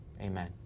amen